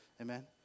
amen